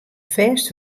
fêst